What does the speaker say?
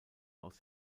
aus